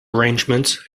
arrangements